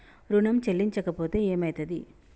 ఋణం చెల్లించకపోతే ఏమయితది?